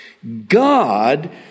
God